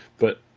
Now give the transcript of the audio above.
but